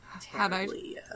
terribly